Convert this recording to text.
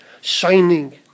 shining